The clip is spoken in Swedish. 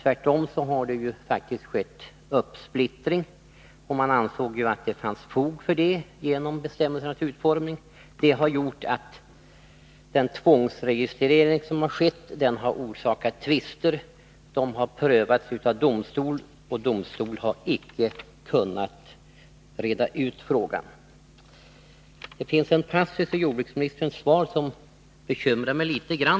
Tvärtom har det faktiskt skett en uppsplittring. Man ansåg att det fanns fog för det, genom bestämmelsernas utformning. Det har gjort att tvångsregistreringen har orsakat tvister. Tvisterna har prövats av domstol, som icke har kunnat reda ut frågan. Det finns en passus i jordbruksministerns svar som bekymrar mig litet grand.